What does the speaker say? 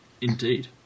indeed